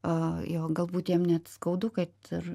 a jo galbūt jam net skaudu kad ir